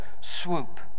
swoop